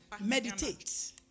Meditate